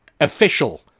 official